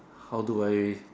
how do I